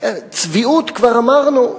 צביעות כבר אמרנו?